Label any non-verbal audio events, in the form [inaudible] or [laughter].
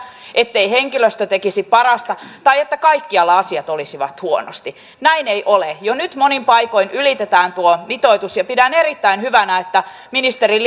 ettei henkilöstö tekisi parasta tai että kaikkialla asiat olisivat huonosti näin ei ole jo nyt monin paikoin ylitetään tuo mitoitus ja pidän erittäin hyvänä että ministerin [unintelligible]